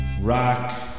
Rock